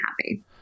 happy